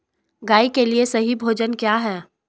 गाय के लिए सही भोजन क्या है?